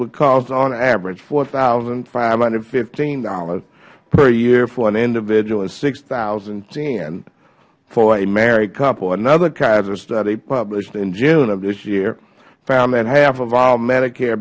would cost on average four thousand five hundred and fifteen dollars per year for an individual and six thousand and ten dollars for a married couple another kaiser study published in june of this year found that half of all medicare